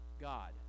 God